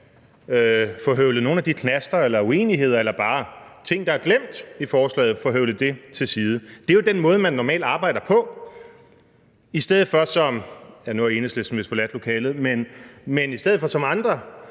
få høvlet nogle af de knaster eller uenigheder eller bare ting, der er glemt i forslaget, af. Det er jo den måde, som man normalt arbejder på, i stedet for, som andre